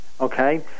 Okay